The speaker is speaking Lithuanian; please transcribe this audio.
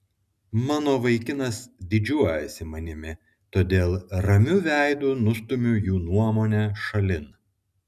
mano vaikinas didžiuojasi manimi todėl ramiu veidu nustumiu jų nuomonę šalin